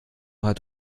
hat